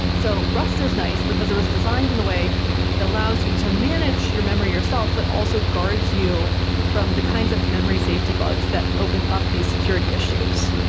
so, rust is nice because it was designed in a way that allows you to manage your memory yourself but also guards you from the kinds of memory safety bugs that open up these security issues.